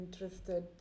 interested